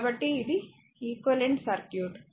కాబట్టి ఇది equivalent circuit